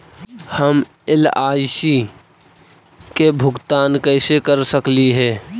हम एल.आई.सी के भुगतान कैसे कर सकली हे?